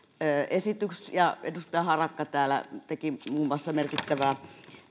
muun muassa edustaja harakka täällä teki merkittävää